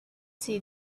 see